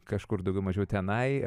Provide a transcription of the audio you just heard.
kažkur daugiau mažiau tenai